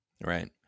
Right